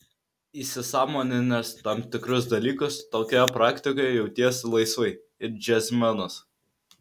įsisąmoninęs tam tikrus dalykus tokioje praktikoje jautiesi laisvai it džiazmenas